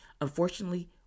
Unfortunately